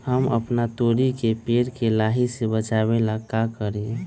हम अपना तोरी के पेड़ के लाही से बचाव ला का करी?